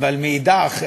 אבל מאידך,